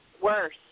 worse